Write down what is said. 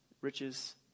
riches